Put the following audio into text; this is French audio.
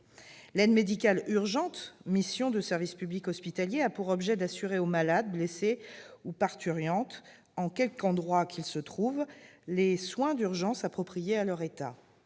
L'aide médicale urgente, mission de service public hospitalier, a pour objet d'assurer aux malades, blessés ou parturientes, en quelque endroit qu'ils se trouvent, les soins d'urgence appropriés à leur état.